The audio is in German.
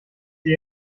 sie